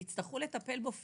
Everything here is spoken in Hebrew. ויצטרכו לטפל בו פיזית,